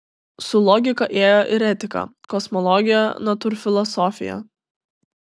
su logika ėjo ir etika kosmologija natūrfilosofija